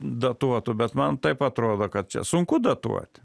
datuotų bet man taip atrodo kad čia sunku datuoti